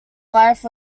life